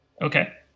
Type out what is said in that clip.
Okay